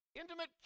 intimate